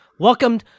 Welcome